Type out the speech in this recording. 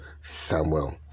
Samuel